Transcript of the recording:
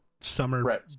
summer